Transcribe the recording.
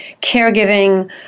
caregiving